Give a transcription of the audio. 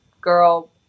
girl